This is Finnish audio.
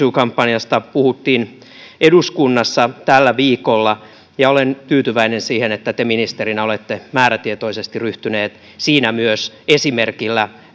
too kampanjasta puhuttiin eduskunnassa tällä viikolla ja olen tyytyväinen siihen että te ministerinä olette määrätietoisesti ryhtynyt siinä myös esimerkillä